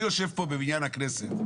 אני יושב פה, בבניין הכנסת.